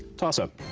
toss-up.